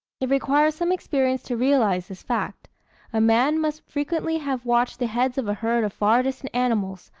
it requires some experience to realise this fact a man must frequently have watched the heads of a herd of far distant animals,